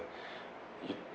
you